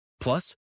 Plus